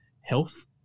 health